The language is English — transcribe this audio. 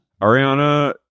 ariana